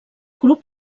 grup